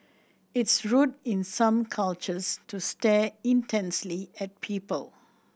it's rude in some cultures to stare intensely at people